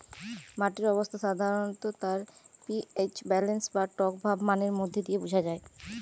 মাটির অবস্থা সাধারণত তার পি.এইচ ব্যালেন্স বা টকভাব মানের মধ্যে দিয়ে বুঝা যায়